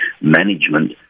management